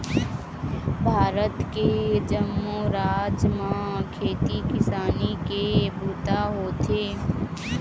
भारत के जम्मो राज म खेती किसानी के बूता होथे